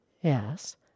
Yes